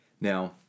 Now